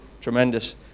Tremendous